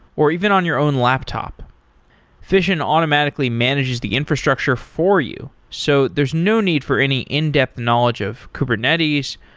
or even on your own laptop fission automatically manages the infrastructure for you, so there's no need for any in-depth knowledge of kubernetes,